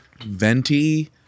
Venti